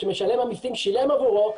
שמשלם המסים שילם עבורו,